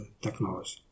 technology